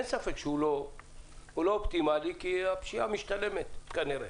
ואין ספק שהוא לא אופטימלי כי הפשיעה משתלמת כנראה,